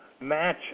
match